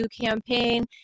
campaign